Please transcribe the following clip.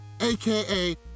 AKA